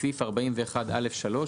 בסעיף 41(א)(3*,